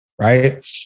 right